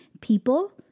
People